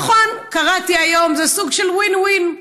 נכון, קראתי היום, זה סוג של win-win: